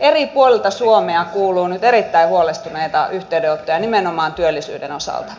eri puolilta suomea kuuluu nyt erittäin huolestuneita yhteydenottoja nimenomaan työllisyyden osalta